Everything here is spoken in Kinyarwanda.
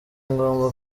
ngomba